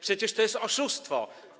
Przecież to jest oszustwo.